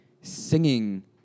singing